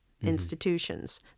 institutions